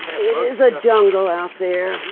is a jungle out there.